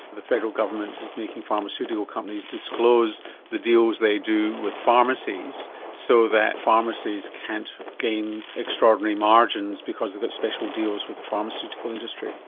the federal government is making pharmaceutical companies disclose the deals they do with pharmacies so that pharmacies can't gain extraordinary margins because they've got special deals with the pharmaceutical industry.